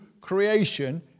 creation